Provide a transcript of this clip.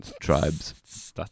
Tribes